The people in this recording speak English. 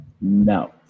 No